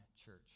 church